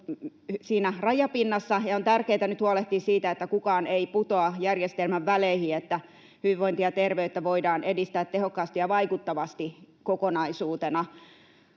siinä rajapinnassa, ja on tärkeätä nyt huolehtia siitä, että kukaan ei putoa järjestelmän väleihin, että hyvinvointia ja terveyttä voidaan edistää tehokkaasti ja vaikuttavasti kokonaisuutena.